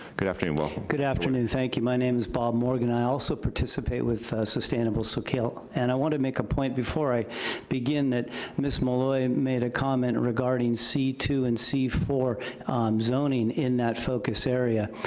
good afternoon, welcome. good afternoon, thank you, my name is bob morgan, and i also participate with sustainable soquel, and i wanna make a point before i begin that miss malloy made a comment regarding c two and c four zoning in that focus area,